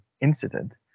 incident